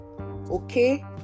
Okay